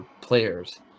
players